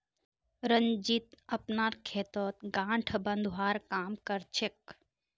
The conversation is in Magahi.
रंजीत अपनार खेतत गांठ बांधवार काम कर छेक